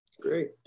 Great